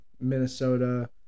Minnesota